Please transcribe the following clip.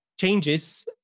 changes